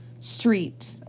street